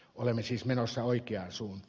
olemme siis menossa oikeaan osunut